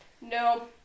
No